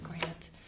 grant